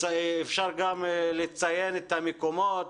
אפשר גם לציין את המקומות.